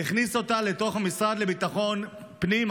והכניס אותה לתוך המשרד לביטחון פנים,